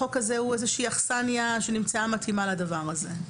החוק הזה הוא איזו שהיא אכסנייה שנמצאה מתאימה לדבר הזה.